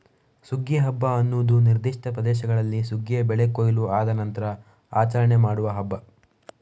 ಸುಗ್ಗಿ ಹಬ್ಬ ಅನ್ನುದು ನಿರ್ದಿಷ್ಟ ಪ್ರದೇಶಗಳಲ್ಲಿ ಸುಗ್ಗಿಯ ಬೆಳೆ ಕೊಯ್ಲು ಆದ ನಂತ್ರ ಆಚರಣೆ ಮಾಡುವ ಹಬ್ಬ